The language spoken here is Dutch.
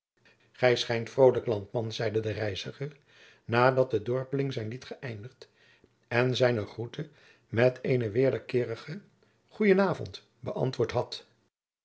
gij schijnt vrolijk landman zeide de reiziger nadat de dorpeling zijn lied gëeindigd en zijner groete met eenen wederkeerigen gen avond beantwoord had